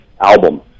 album